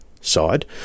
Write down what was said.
side